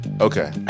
Okay